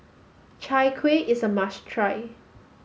Chai Kueh is a must try